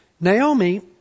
Naomi